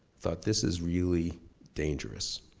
thought, this is really dangerous.